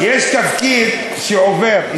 יש תפקיד שעובר,